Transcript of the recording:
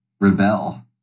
rebel